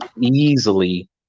easily